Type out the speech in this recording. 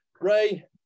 Ray